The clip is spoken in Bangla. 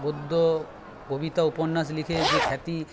গদ্য কবিতা উপন্যাস লিখে যে খ্যাতি